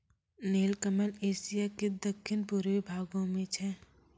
नीलकमल एशिया के दक्खिन पूर्वी भागो मे छै